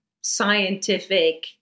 scientific